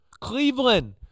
Cleveland